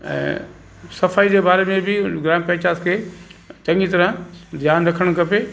ऐं सफ़ाई जे बारे में बि ग्राम पंचायत खे चङी तरह ध्यानु रखणु खपे